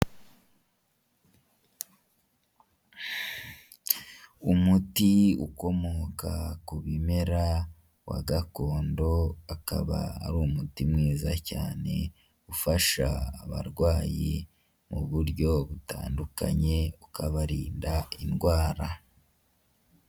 Umuti ukomoka ku bimera wa gakondo akaba ari umuti mwiza cyane ufasha abarwayi mu buryo butandukanye ukabarinda indwara.